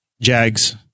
Jags